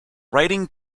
writing